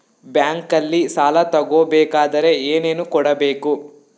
ಬ್ಯಾಂಕಲ್ಲಿ ಸಾಲ ತಗೋ ಬೇಕಾದರೆ ಏನೇನು ಕೊಡಬೇಕು?